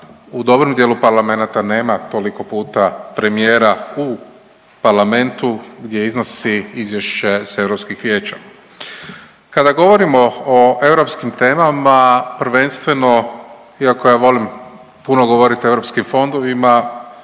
U dobrom dijelu parlamenata nema toliko puta premijera u parlamentu gdje iznosi izvješće sa Europskih vijeća. Kada govorimo o europskim temama prvenstveno, iako ja volim puno govoriti o europskim fondovima